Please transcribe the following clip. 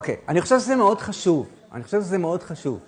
אוקיי, אני חושב שזה מאוד חשוב, אני חושב שזה מאוד חשוב.